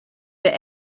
that